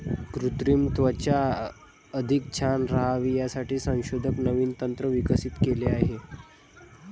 कृत्रिम त्वचा अधिक छान राहावी यासाठी संशोधक नवीन तंत्र विकसित केले आहे